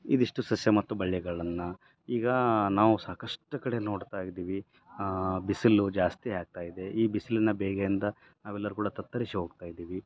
ಇದಿಷ್ಟು ಸಸ್ಯ ಮತ್ತು ಬಳ್ಳಿಗಳನ್ನು ಈಗ ನಾವು ಸಾಕಷ್ಟು ಕಡೆ ನೋಡ್ತಾ ಇದ್ದೀವಿ ಬಿಸಿಲು ಜಾಸ್ತಿ ಆಗ್ತಾ ಇದೆ ಈ ಬಿಸಿಲಿನ ಬೇಗೆಯಿಂದ ನಾವೆಲ್ಲರು ಕೂಡ ತತ್ತರಿಸಿ ಹೋಗ್ತಾ ಇದ್ದೀವಿ